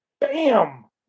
bam